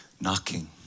knocking